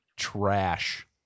trash